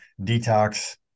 Detox